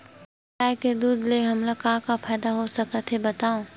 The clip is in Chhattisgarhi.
गाय के दूध से हमला का का फ़ायदा हो सकत हे बतावव?